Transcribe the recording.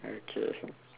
okay